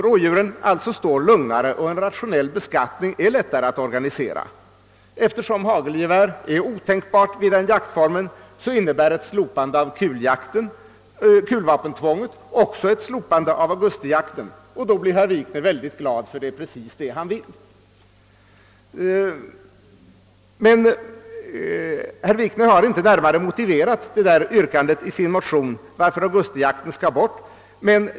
Rådjuren står alltså lugnare och en rationell beskattning är då lättare att organisera. Eftersom hagelgevär är otänkbart i denna jaktform, innebär ett slopande av kulvapenjakt också ett slopande av augustijakten, och då blir herr Wikner mycket glad, ty det är precis det han vill. Men herr Wikner har i sin motion inte närmare motiverat yrkandet att augustijakten skall avskaffas.